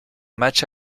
match